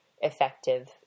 effective